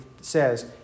says